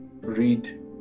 read